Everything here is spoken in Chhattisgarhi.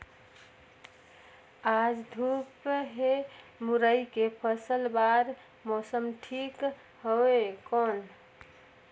आज धूप हे मुरई के फसल बार मौसम ठीक हवय कौन?